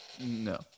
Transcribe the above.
No